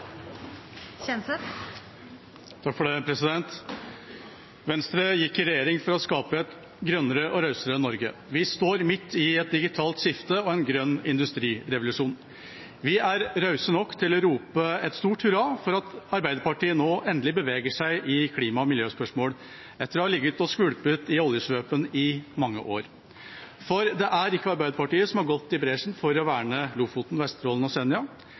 Venstre gikk i regjering for å skape et grønnere og rausere Norge. Vi står midt i et digitalt skifte og en grønn industrirevolusjon. Vi er rause nok til å rope et stort hurra for at Arbeiderpartiet nå endelig beveger seg i klima- og miljøspørsmål etter å ha ligget og skvulpet i oljesvøpen i mange år. For det er ikke Arbeiderpartiet som har gått i bresjen for å verne Lofoten, Vesterålen og Senja.